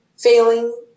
failing